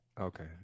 okay